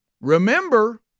remember